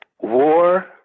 war